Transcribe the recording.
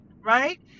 right